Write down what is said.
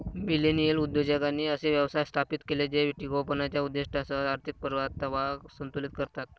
millennial उद्योजकांनी असे व्यवसाय स्थापित केले जे टिकाऊपणाच्या उद्दीष्टांसह आर्थिक परतावा संतुलित करतात